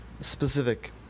specific